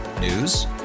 News